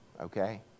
okay